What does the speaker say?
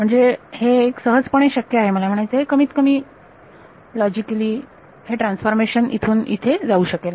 म्हणजे हे सहज पणे शक्य आहे मला म्हणायचे आहे कमीत कमी तार्किक दृष्ट्या वाटणारे आहे की हे ट्रान्सफॉर्मेशन इथून इथे जाऊ शकेल